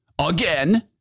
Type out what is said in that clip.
Again